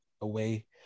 away